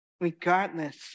regardless